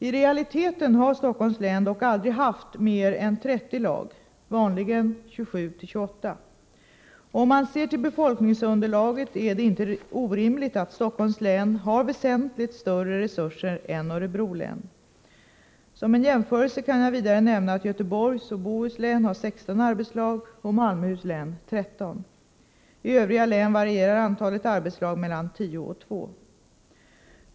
I realiteten har Stockholms län dock aldrig haft mer än 30 lag — vanligen 27-28. Om man ser till befolkningsunderlaget är det inte orimligt att Stockholms län har väsentligt större resurser än Örebro län. Som en jämförelse kan jag vidare nämna att Göteborgs och Bohus län har 16 arbetslag och Malmöhus län 13. I övriga län varierar antalet arbetslag mellan 10 och 2.